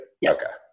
Yes